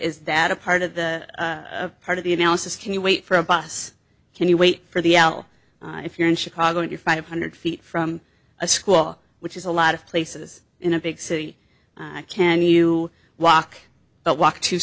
is that a part of the part of the analysis can you wait for a bus can you wait for the al if you're in chicago and you're five hundred feet from a school which is a lot of places in a big city can you walk but walk to